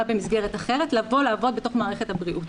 במסגרת אחרת לבוא לעבוד בתוך מערכת הבריאות.